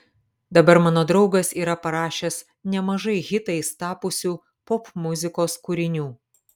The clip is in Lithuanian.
dabar mano draugas yra parašęs nemažai hitais tapusių popmuzikos kūrinių